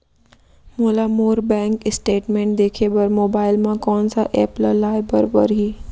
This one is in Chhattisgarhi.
मोला मोर बैंक स्टेटमेंट देखे बर मोबाइल मा कोन सा एप ला लाए बर परही?